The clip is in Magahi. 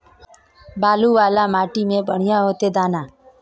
बालू वाला माटी में बढ़िया होते दाना?